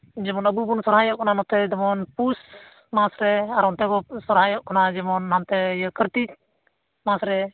ᱡᱮᱢᱚᱱ ᱟᱵᱚ ᱵᱚᱱ ᱥᱚᱨᱦᱟᱭᱚᱜ ᱠᱟᱱᱟ ᱱᱚᱛᱮ ᱡᱮᱢᱚᱱ ᱯᱩᱥ ᱢᱟᱥᱮ ᱟᱨ ᱚᱱᱛᱮ ᱠᱚ ᱥᱚᱨᱦᱟᱭᱚᱜ ᱠᱟᱱᱟ ᱡᱮᱢᱚᱱ ᱦᱟᱱᱛᱮ ᱤᱭᱟᱹ ᱠᱟᱹᱨᱛᱤᱠ ᱢᱟᱥ ᱨᱮ